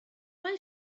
mae